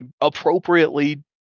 appropriately